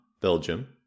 belgium